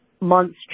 months